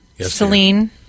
Celine